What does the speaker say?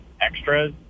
extras